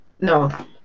No